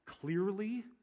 clearly